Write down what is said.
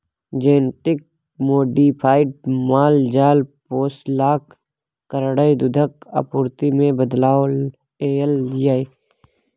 genetic modified माल जाल पोसलाक कारणेँ दुधक आपुर्ति मे बदलाव एलय यै